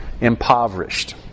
impoverished